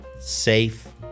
safe